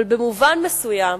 אבל במובן מסוים,